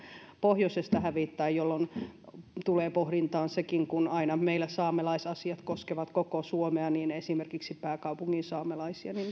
pohjoisesta hävittää silloin tulee pohdintaan sekin että meillä saamelaisasiat koskevat aina koko suomea esimerkiksi pääkaupungin saamelaisia